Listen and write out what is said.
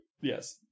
Yes